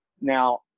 Now